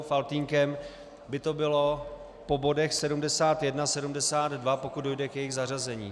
Faltýnkem by to bylo po bodech 71, 72, pokud dojde k jejich zařazení.